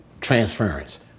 Transference